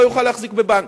לא יוכל להחזיק בבנק.